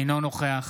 אינו נוכח